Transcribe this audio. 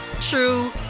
true